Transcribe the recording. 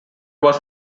was